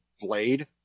Blade